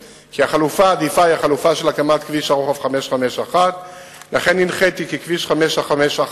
שהחלופה העדיפה היא החלופה של הקמת כביש הרוחב 551. לכן הנחיתי כי כביש 551